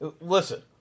Listen